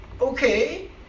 okay